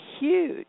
huge